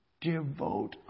Devote